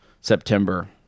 September